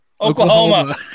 Oklahoma